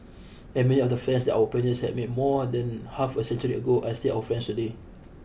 and many of the friends that our pioneers had made more than half a century ago are still our friends today